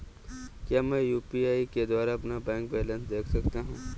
क्या मैं यू.पी.आई के द्वारा अपना बैंक बैलेंस देख सकता हूँ?